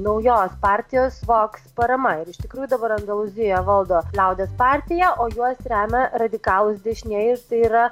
naujos partijos vogs parama ir iš tikrųjų dabar andalūziją valdo liaudies partija o juos remia radikalūs dešinieji ir tai yra